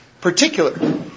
particular